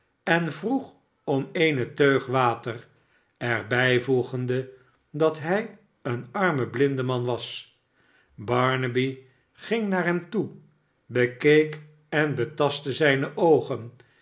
en vroeg om eene teug water er bijvoegende dat hij een arme blindeman was barnaby ging naar hem toe bekeek en betastte zijne oogen